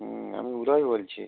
হুঁ আমি উদয় বলছি